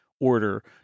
order